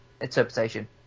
interpretation